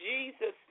Jesus